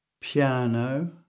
piano